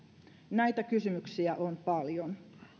näitä kysymyksiä on paljon